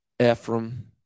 Ephraim